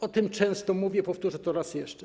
O tym często mówię, powtórzę to raz jeszcze.